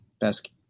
best